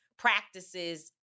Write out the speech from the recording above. Practices